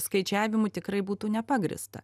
skaičiavimų tikrai būtų nepagrįsta